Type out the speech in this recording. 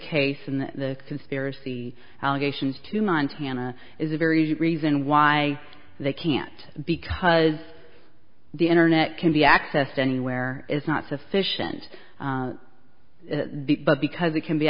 case and the conspiracy allegations to montana is a very good reason why they can't because the internet can be accessed anywhere is not sufficient but because it can be